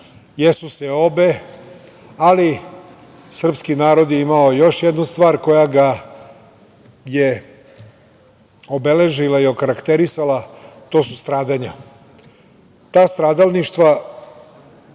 jesu seobe, ali srpski narod ima još jednu stvar koja ga je obeležila i okarakterisala to su stradanja. Ta stradalništva